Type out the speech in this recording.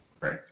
Right